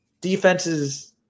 defenses